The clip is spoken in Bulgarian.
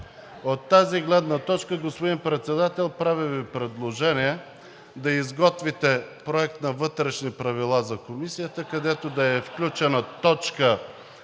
От тази гледна точка, господин Председател, правя Ви предложение да изготвите Проект на Вътрешни правила за Комисията (оживление), където да е включена точка,